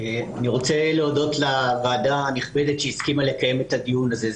רוצה להודות לוועדה הנכבדה שהסכימה לקיים את הדיון הזה.